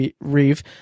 Reeve